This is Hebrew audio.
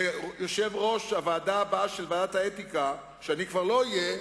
שהיושב-ראש הבא של ועדת האתיקה, ואני כבר לא אהיה,